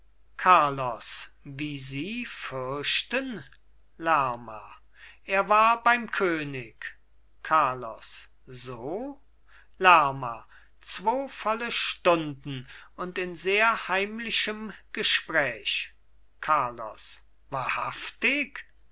carlos wie sie fürchten lerma er war beim könig carlos so lerma zwo volle stunden und in sehr heimlichem gespräch carlos wahrhaftig